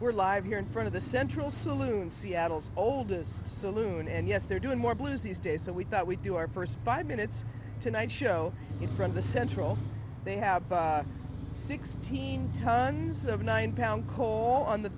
we're live here in front of the central saloon seattle's oldest saloon and yes they're doing more blues these days so we thought we'd do our first five minutes tonight show you from the central they have sixteen tons of nine pound call on the